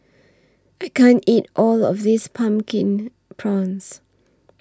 I can't eat All of This Pumpkin Prawns